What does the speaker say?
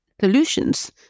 solutions